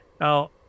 Now